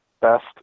best